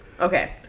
Okay